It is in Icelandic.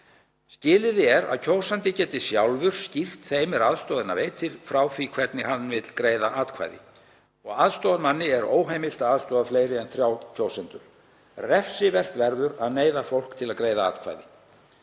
Skilyrði er að kjósandi geti sjálfur skýrt þeim er aðstoðina veitir frá því hvernig hann vill greiða atkvæði og aðstoðarmanni er óheimilt að aðstoða fleiri en þrjá kjósendur. Refsivert verður að neyða fólk til að greiða atkvæði.